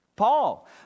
Paul